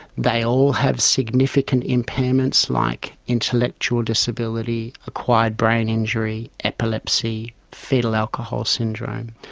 they all have significant impairments like intellectual disability, acquired brain injury, epilepsy, foetal alcohol syndrome.